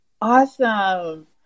Awesome